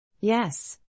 Yes